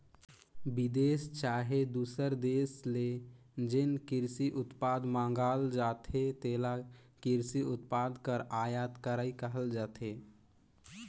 बिदेस चहे दूसर देस ले जेन किरसी उत्पाद मंगाल जाथे तेला किरसी उत्पाद कर आयात करई कहल जाथे